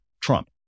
Trump